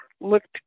looked